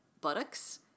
buttocks